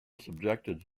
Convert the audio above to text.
subjected